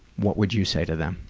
what would you say to them?